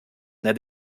that